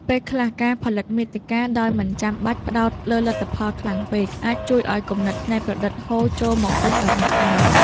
ពេលខ្លះ ការផលិតមាតិកាដោយមិនចាំបាច់ផ្ដោតលើលទ្ធផលខ្លាំងពេក អាចជួយឱ្យគំនិតច្នៃប្រឌិតហូរចូលមកវិញដោយឯកឯង។